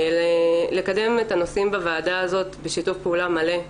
לקדם את הנושאים בוועדה הזאת בשיתוף פעולה מלא,